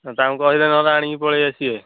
ତାଙ୍କୁ କହିଦେ ନହେଲେ ଆଣିକି ପଳେଇ ଆସିବେ